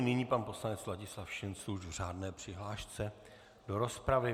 Nyní pan poslanec Ladislav Šincl už v řádné přihlášce do rozpravy.